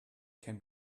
can